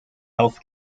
health